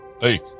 Hey